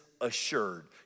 assured